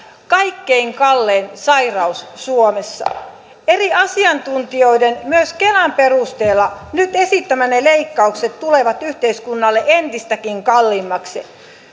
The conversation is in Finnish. kaikkein kallein sairaus suomessa eri asiantuntijoiden myös kelan perusteella nyt esittämänne leikkaukset tulevat yhteiskunnalle entistäkin kalliimmaksi